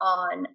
on